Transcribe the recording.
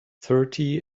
thirty